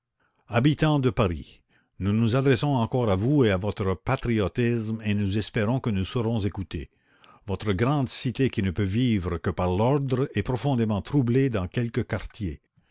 nous nous adressons encore à vous et à votre patriotisme et nous espérons que nous serons écoutés votre grande cité qui ne peut vivre que par l'ordre est profondément troublée dans quelques quartiers